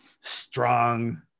strong